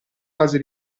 fase